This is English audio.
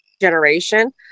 generation